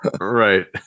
Right